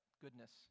Goodness